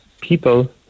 people